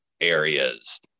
areas